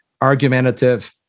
argumentative